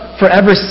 forever